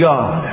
God